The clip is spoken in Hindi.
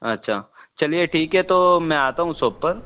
अच्छा चलिए ठीक है तो मैं आता हूँ शौप पर